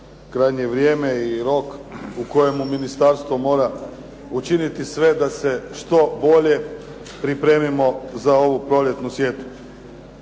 krajnje vrijeme i rok u kojemu ministarstvo mora učiniti sve da se što bolje pripremimo za ovu proljetnu sjetvu.